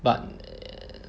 but err